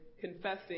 confessing